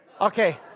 Okay